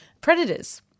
predators